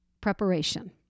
preparation